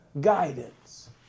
guidance